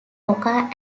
oka